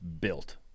built